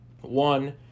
One